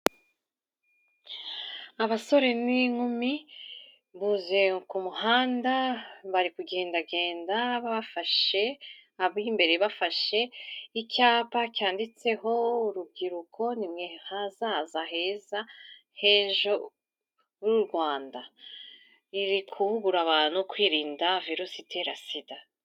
Abasore n'inkumi, buzuye ku muhanda, bari kugendagenda bafashe, ab'imbere bafashe icyapa cyanditseho: urubyiruko ni mwe hazaza heza h'ejo h'u Rwanda. Riri guhugura abantu kwirinda virusi itera SIDA.